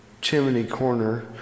chimney-corner